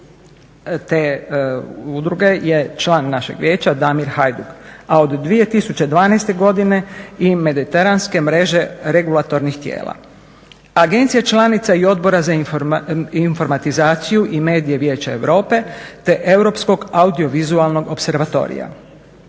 te udruge je član našeg Vijeća Damir Hajduk, a od 2012. godine i mediteranske mreže regulatornih tijela. Agencija je članica i Odbora za informatizaciju i medije Vijeća EU, te Europskog audio-vizualnog opservatorija.